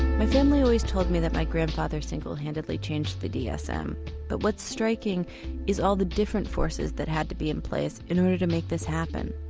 my family always told me that my grandfather single-handedly changed the dsm but what's striking is all the different forces that had to be in place in order to make this happen.